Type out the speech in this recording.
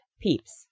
peeps